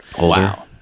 Wow